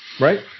Right